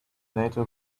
nato